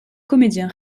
comédien